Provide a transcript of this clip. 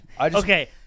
Okay